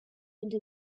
into